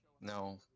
no